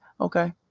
Okay